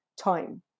time